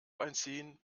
einziehen